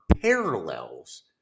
parallels